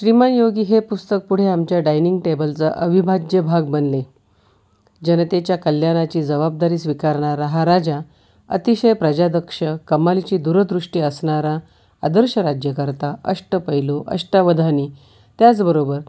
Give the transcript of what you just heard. श्रीमानयोगी हे पुस्तक पुढे आमच्या डायनिंग टेबलचा अविभाज्य भाग बनले जनतेच्या कल्याणाची जवाबदारी स्वीकारणारा हा राजा अतिशय प्रजादक्ष कमालीची दूरदृष्टी असणारा आदर्श राज्यकर्ता अष्टपैलू अष्टावधानी त्याचबरोबर